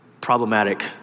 problematic